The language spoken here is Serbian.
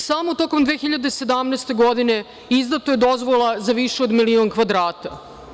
Samo tokom 2017. godine izdato je dozvola za više od milion kvadrata.